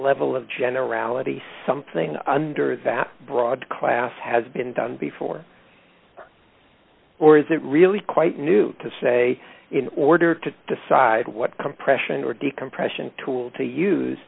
level of generality something under that broad class has been done before or is it really quite new to say in order to decide what compression or decompression tool to use